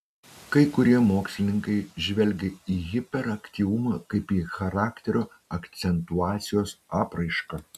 kai kurie mokslininkai žvelgia į hiperaktyvumą kaip į charakterio akcentuacijos apraišką